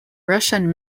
russian